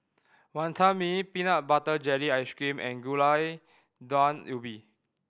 Wonton Mee peanut butter jelly ice cream and Gulai Daun Ubi